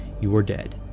you are dead.